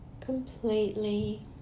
completely